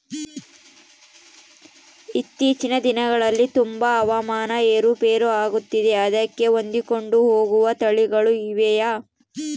ಇತ್ತೇಚಿನ ದಿನಗಳಲ್ಲಿ ತುಂಬಾ ಹವಾಮಾನ ಏರು ಪೇರು ಆಗುತ್ತಿದೆ ಅದಕ್ಕೆ ಹೊಂದಿಕೊಂಡು ಹೋಗುವ ತಳಿಗಳು ಇವೆಯಾ?